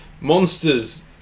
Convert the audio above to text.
monsters